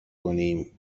کنیم